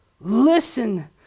Listen